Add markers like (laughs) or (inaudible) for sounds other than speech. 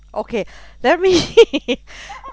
okay let me (laughs)